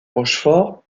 rochefort